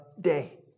day